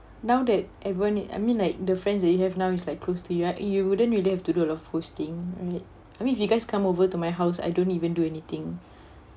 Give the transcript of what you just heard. now that everyone I mean like the friends that you have now is like close to you at you wouldn't have to do a lot of hosting right I mean if you guys come over to my house I don't even do anything